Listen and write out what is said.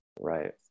Right